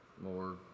more